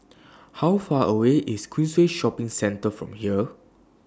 How Far away IS Queensway Shopping Centre from here